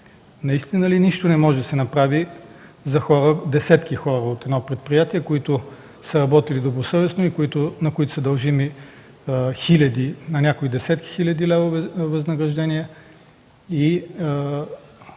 наистина ли нищо не може да се направи за десетки хора от едно предприятие, които са работили добросъвестно, на които са дължими хиляди, на някои – десетки хиляди лева възнаграждение?